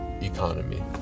economy